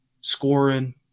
scoring